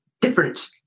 different